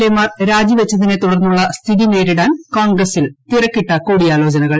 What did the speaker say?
A മാർ രാജിവച്ചതിനെ തുടർന്നുള്ള സ്ഥിതി നേരിടാൻ കോൺഗ്രസ്സിൽ തിരക്കിട്ട കൂടിയാലോചനകൾ